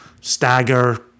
stagger